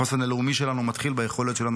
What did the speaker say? החוסן הלאומי שלנו מתחיל ביכולת שלנו